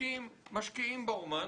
ומפיקים משקיעים באמן,